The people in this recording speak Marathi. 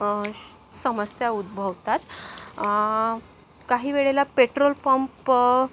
समस्या उद्भवतात काही वेळेला पेट्रोल पंप